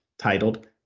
titled